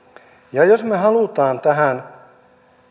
ja jos me me haluamme tähän